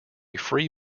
free